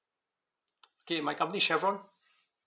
okay my company is chevron